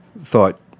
thought